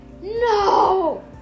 No